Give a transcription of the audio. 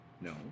No